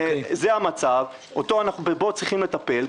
זה המצב, בו צריכים לטפל.